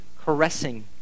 caressing